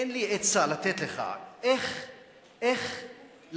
אני אומר לך שאין לי עצה לתת לך איך להבין